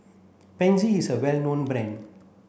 Pansy is a well known brand